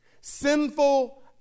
Sinful